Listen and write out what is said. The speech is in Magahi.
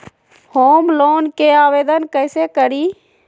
होम लोन के आवेदन कैसे करि?